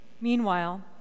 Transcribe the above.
Meanwhile